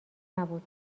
نبود